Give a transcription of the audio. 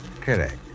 Correct